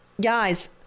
Guys